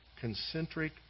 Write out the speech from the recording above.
concentric